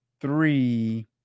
three